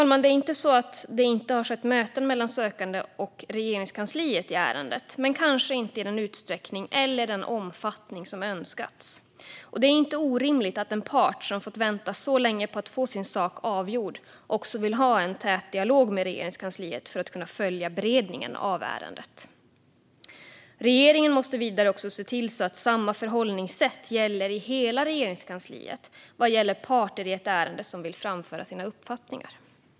Det är inte så att det inte har skett möten mellan sökanden och Regeringskansliet i ärendet. Men det har kanske inte skett i den utsträckning eller omfattning som önskats. Det är inte orimligt att en part som fått vänta så länge på att få sin sak avgjord vill ha en tät dialog med Regeringskansliet för att kunna följa beredningen av ärendet. Regeringen måste vidare se till att samma förhållningssätt gäller i hela Regeringskansliet vad gäller parter som vill framföra sina uppfattningar i ett ärende.